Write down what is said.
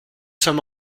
sommes